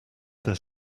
their